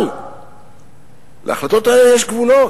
אבל להחלטות האלה יש גבולות,